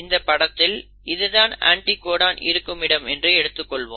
இந்த படத்தில் இது தான் அண்டிகோடன் இருக்கும் இடம் என்று எடுத்துக்கொள்வோம்